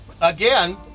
again